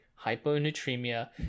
hyponatremia